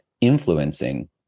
influencing